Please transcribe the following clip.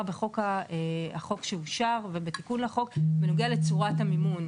בחוק שאושר ובתיקון לחוק בנוגע לצורת המימון,